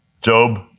Job